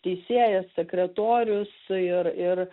teisėjas sekretorius ir ir